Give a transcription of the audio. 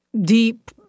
deep